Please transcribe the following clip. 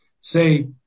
Say